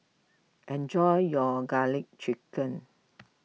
enjoy your Garlic Chicken